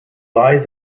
lies